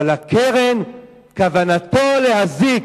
אבל הקרן, כוונתה להזיק,